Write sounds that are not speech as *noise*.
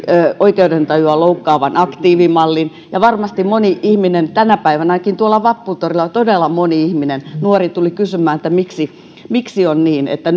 oikeudentajua loukkaavan aktiivimallin ja varmasti moni ihminen tänä päivänäkin kysyy tuolla vapputoreilla todella moni nuori ihminen tuli kysymään miksi miksi on niin että *unintelligible*